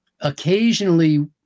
occasionally